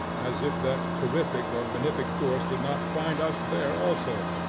as if that terrific or benefic force did not find us there also,